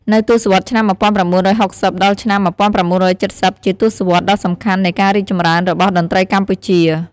នៅទសវត្សរ៍ ឆ្នាំ ១៩៦០ ដល់ ឆ្នាំ ១៩៧០ ជាទសវត្សរដ៏សំខាន់នៃការរីកចម្រើនរបស់តន្ត្រីកម្ពុជា។